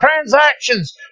transactions